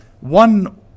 One